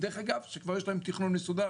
שדרך אגב כבר יש להם תכנון מסודר,